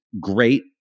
Great